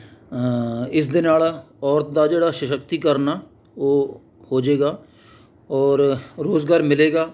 ਇਸ ਦੇ ਨਾਲ ਔਰਤ ਦਾ ਜਿਹੜਾ ਸ਼ਸ਼ਕਤੀਕਰਨ ਆ ਉਹ ਹੋ ਜਾਵੇਗਾ ਔਰ ਰੁਜ਼ਗਾਰ ਮਿਲੇਗਾ